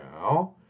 now